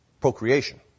procreation